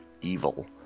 evil